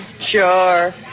Sure